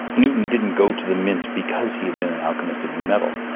newton didn't go to the mint because he had been an alchemist and knew metal,